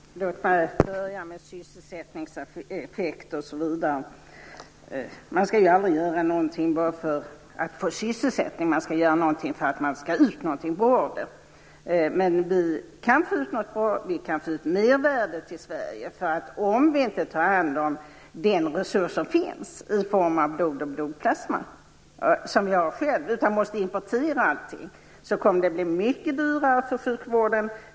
Herr talman! Låt mig börja med sysselsättningseffekterna osv. Man skall ju aldrig göra något bara för att få sysselsättning. Man skall få ut något bra av det. Men vi kan få ut något bra. Vi kan få ut mervärde till Sverige. Om vi inte tar hand om den resurs som finns i form av blod och blodplasma som vi har själva utan måste importera allting, så kommer det att bli mycket dyrare för sjukvården.